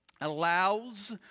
allows